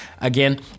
again